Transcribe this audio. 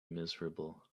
miserable